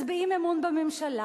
מצביעים אמון בממשלה,